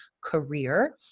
career